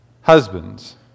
husbands